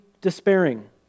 despairing